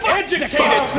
educated